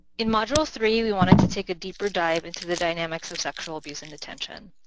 in module three, we wanted to take a deeper dive into the dynamics of sexual abuse in detention.